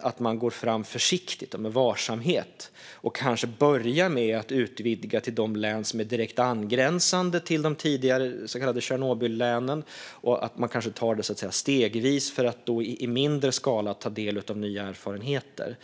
att man går fram försiktigt och med varsamhet och kanske börjar med att utvidga till de län som är direkt angränsande till de tidigare så kallade Tjernobyllänen. Dessa remissvar föreslår att man tar det stegvis för att i mindre skala ta del av nya erfarenheter.